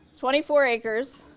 twenty four acres,